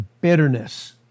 bitterness